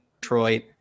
Detroit